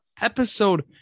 episode